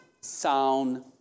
sound